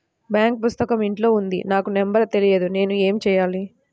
Bank పుస్తకం ఇంట్లో ఉంది నాకు నంబర్ తెలియదు నేను ఏమి చెయ్యాలి?